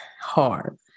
hard